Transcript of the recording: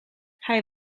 hij